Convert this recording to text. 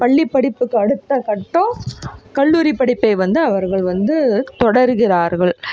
பள்ளிப்படிப்புக்கு அடுத்த கட்டம் கல்லூரி படிப்பை வந்து அவர்கள் வந்து தொடர்கிறார்கள்